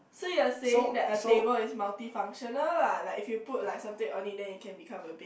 so you are saying that a table is multi functional lah like if you put like something on it then it can become a bed